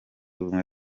ubumwe